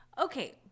Okay